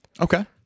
Okay